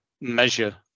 measure